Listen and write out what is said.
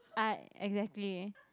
I exactly